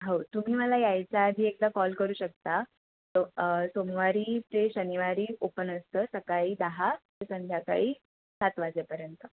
हो तुम्ही मला यायच्या आधी एकदा कॉल करू शकता सो सोमवारी ते शनिवारी ओपन असतं सकाळी दहा ते संध्याकाळी सात वाजेपर्यंत